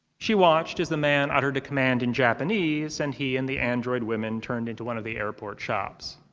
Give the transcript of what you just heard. she watched as the man uttered a command in japanese, and he and the android women turned into one of the airport shops.